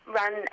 run